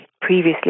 previously